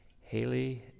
Haley